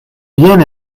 bien